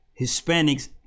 Hispanics